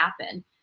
happen